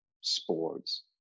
sports